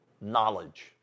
knowledge